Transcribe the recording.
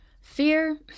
Fear